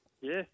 Yes